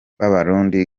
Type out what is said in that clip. b’abarundi